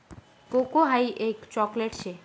cocoa हाई एक chocolate शे